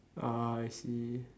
ah I see